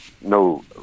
no